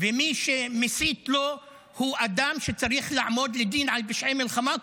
ומי שמסית לו הוא אדם שצריך לעמוד לדין על פשעי מלחמה.